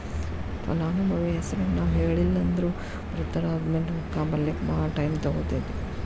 ಫಲಾನುಭವಿ ಹೆಸರನ್ನ ನಾವು ಹೇಳಿಲ್ಲನ್ದ್ರ ಮೃತರಾದ್ಮ್ಯಾಲೆ ರೊಕ್ಕ ಬರ್ಲಿಕ್ಕೆ ಭಾಳ್ ಟೈಮ್ ತಗೊತೇತಿ